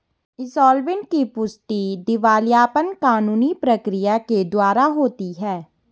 insolvent की पुष्टि दिवालियापन कानूनी प्रक्रिया के द्वारा होती है